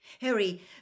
Harry